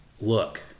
look